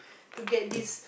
to get this